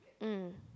mm